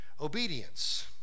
obedience